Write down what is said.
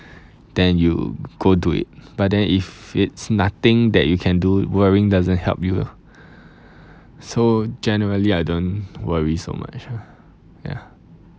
then you go do it but then if it's nothing that you can do worrying doesn't help you so generally I don't worry so much ah ya